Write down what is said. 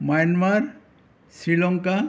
Myanmar Sri Lanka